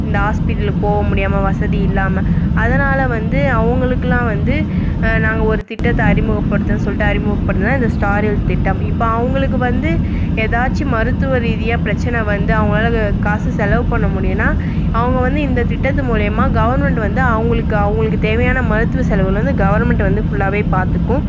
இந்த ஹாஸ்பிட்டலுக்கு போக முடியாமல் வசதி இல்லாமல் அதனால் வந்து அவங்களுக்குலாம் வந்து நாங்கள் ஒரு திட்டத்தை அறிமுகப்படுத்துறேன்னு சொல்லிட்டு அறிமுகப்படுத்த தான் இந்த ஸ்டார் ஹெல்த் திட்டம் இப்போ அவங்களுக்கு வந்து ஏதாச்சு மருத்துவ ரீதியாக பிரச்சனை வந்து அவங்களால அது காசு செலவு பண்ண முடியலனா அவங்க வந்து இந்த திட்டத்து மூலியமாக கவர்மெண்ட்டு வந்து அவங்களுக்கு அவங்களுக்கு தேவையான மருத்துவ செலவுலேருந்து கவர்மெண்ட்டு வந்து ஃபுல்லாகவே பார்த்துக்கும்